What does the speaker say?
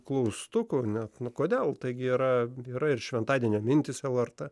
klaustukų ar net nuo kodėl taip gera yra ir šventadienio mintys aorta